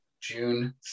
June